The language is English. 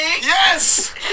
Yes